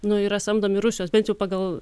nu yra samdomi rusijos bent jau pagal